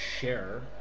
share